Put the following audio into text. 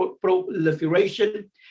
proliferation